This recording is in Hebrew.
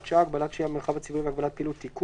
שעה) (הגבלת השהייה במרחב הציבורי והגבלת פעילות)(תיקון),